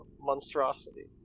monstrosity